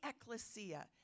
ecclesia